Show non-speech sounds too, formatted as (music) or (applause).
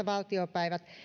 (unintelligible) valtiopäiviltä